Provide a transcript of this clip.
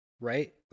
right